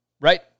Right